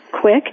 quick